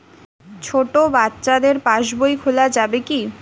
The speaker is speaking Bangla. ছোট বাচ্চাদের পাশবই খোলা যাবে কি?